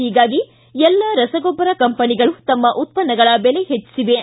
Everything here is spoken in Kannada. ಹೀಗಾಗಿ ಎಲ್ಲ ರಸಗೊಬ್ಬರ ಕಂಪನಿಗಳು ತಮ್ಮ ಉತ್ಪನ್ನಗಳ ಬೆಲೆ ಹೆಚ್ಚಿಸಿವೆ